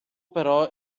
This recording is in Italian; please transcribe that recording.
però